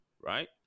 right